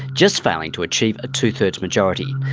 just failing to achieve a two-thirds majority.